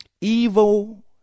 Evil